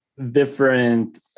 different